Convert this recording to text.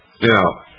now,